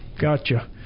Gotcha